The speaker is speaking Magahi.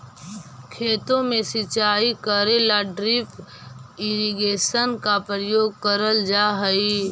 खेतों में सिंचाई करे ला ड्रिप इरिगेशन का प्रयोग करल जा हई